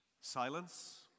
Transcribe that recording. silence